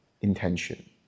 intention